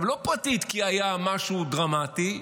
לא פרטית כי היה משהו דרמטי,